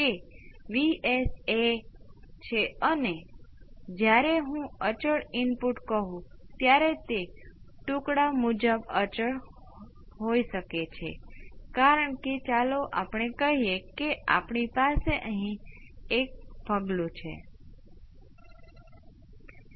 અને પછી દરેક જગ્યાએ તમારી પાસે s છે જે ડેલ્ટા સાથે યોગ્ય મેપિંગ દ્વારા બદલાવી શકાય છે અને પછી તમે આ લિમિટને ખૂબ જ સરળ સ્ટેપ દ્વારા લો તમારે લિમિટ અને નિયમ નો ઉપયોગ કરવો પડશે અને તમને જવાબ મળશે